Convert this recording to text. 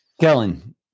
Kellen